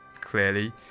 clearly